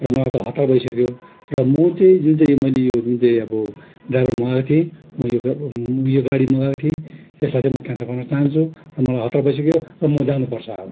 र मलाई त हतार भइसक्यो र म चाहिँ जुन चाहिँ यो मैले यो जुन चाहिँ अब ड्राइभर मगाएको थिएँ म यो यो गाडी मगाएको थिएँ यसलाई चाहिँ म क्यान्सल गर्न चाहन्छु र मलाई हतार भइसक्यो र म जानुपर्छ अब